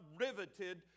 riveted